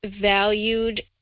valued